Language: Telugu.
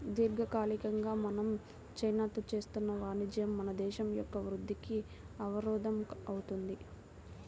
దీర్ఘకాలికంగా మనం చైనాతో చేస్తున్న వాణిజ్యం మన దేశం యొక్క వృద్ధికి అవరోధం అవుతుంది